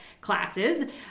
classes